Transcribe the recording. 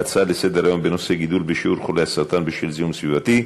ההצעה לסדר-היום בנושא: גידול בשיעור חולי הסרטן בשל זיהום סביבתי,